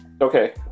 Okay